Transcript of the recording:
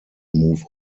move